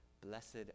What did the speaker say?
blessed